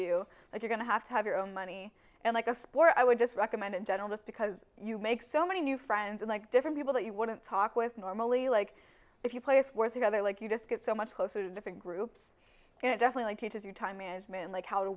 you you're going to have to have your own money and like a sport i would just recommend in general just because you make so many new friends like different people that you wouldn't talk with normally like if you place where they like you just get so much closer to different groups and it definitely teaches you time management like how to